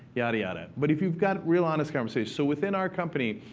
yada yada. but if you've got real honest conversation so within our company,